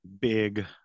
Big